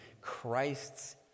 Christ's